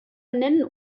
nennen